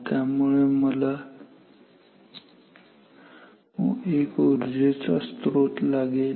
त्यामुळे मला एक ऊर्जेचा स्त्रोत लागेल